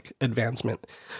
advancement